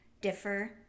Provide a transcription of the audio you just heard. differ